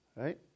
Right